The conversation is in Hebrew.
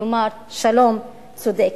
כלומר שלום צודק.